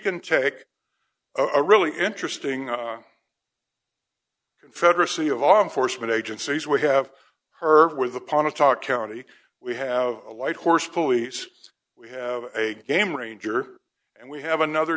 can take a really interesting confederacy of our enforcement agencies we have her with upon a talk county we have a light horse police we have a game ranger and we have another